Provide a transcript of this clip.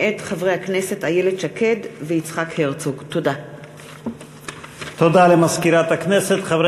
מאת חבר הכנסת אברהים צרצור וקבוצת חברי הכנסת,